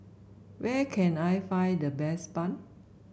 where can I find the best bun